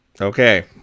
Okay